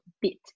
bit